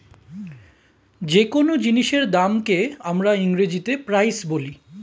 যে কোন জিনিসের দামকে আমরা ইংরেজিতে প্রাইস বলি